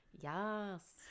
Yes